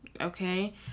okay